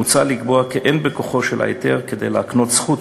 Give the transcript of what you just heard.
מוצע לקבוע כי אין בכוחו של ההיתר כדי להקנות זכות